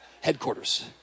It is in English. headquarters